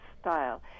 style